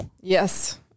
Yes